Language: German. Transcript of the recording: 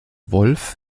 wolf